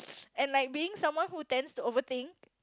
and like being someone who tends to over think